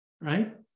right